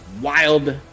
wild